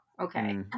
Okay